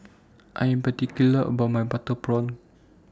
I Am particular about My Butter Prawn